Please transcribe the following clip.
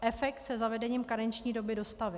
Efekt se zavedením karenční doby dostavil.